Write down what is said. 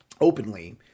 openly